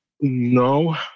No